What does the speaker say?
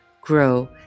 grow